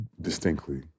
distinctly